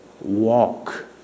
Walk